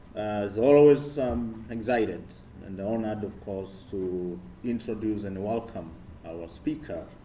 as always, i'm excited and honored, of course, to introduce and welcome our speaker,